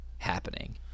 happening